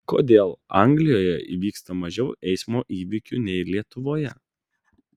kodėl anglijoje įvyksta mažiau eismo įvykių nei lietuvoje